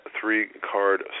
three-card